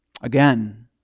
Again